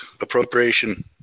appropriation